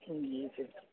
جی سر